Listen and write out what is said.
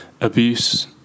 abuse